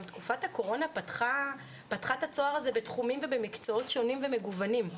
גם תקופת הקורונה פתחה את הצוהר הזה בתחומים ובמקצועות שונים ומגוונים.